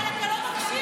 אבל אתה לא מקשיב לי.